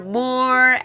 more